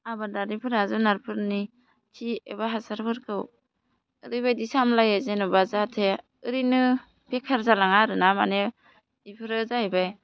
आबादारिफोरा जुनारफोरनि खि एबा हासारफोरखौ ओरैबायदि सामलायो जेनेबा जाहाथे ओरैनो बेखार जालाङा आरो ना माने बेफोरो जाहैबाय